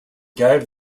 gave